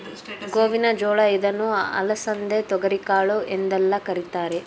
ಗೋವಿನ ಜೋಳ ಇದನ್ನು ಅಲಸಂದೆ, ತೊಗರಿಕಾಳು ಎಂದೆಲ್ಲ ಕರಿತಾರೆ